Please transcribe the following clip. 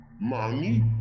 money